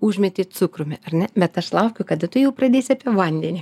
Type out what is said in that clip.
užmeti cukrumi ar ne bet aš laukiu kada tu jau pradėsi apie vandenį